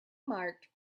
marked